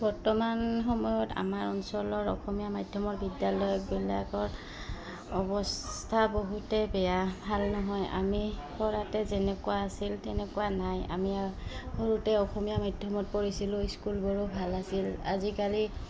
বৰ্তমান সময়ত আমাৰ অঞ্চলৰ অসমীয়া মাধ্যমৰ বিদ্যালয়বিলাকৰ অৱস্থা বহুতেই বেয়া ভাল নহয় আমি পঢ়োতে যেনেকুৱা আছিল তেনেকুৱা নাই আমি সৰুতে অসমীয়া মাধ্যমত পঢ়িছিলোঁ স্কুলবোৰো ভাল আছিল আজিকালি